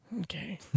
Okay